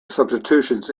substitutions